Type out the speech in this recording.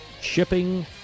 Shipping